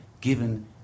given